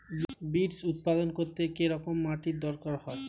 Beets উৎপাদন করতে কেরম মাটির দরকার হয়?